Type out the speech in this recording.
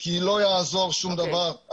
כי לא יעזור שום דבר,